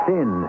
Sin